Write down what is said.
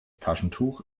taschentuch